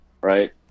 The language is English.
right